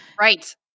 Right